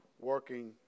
working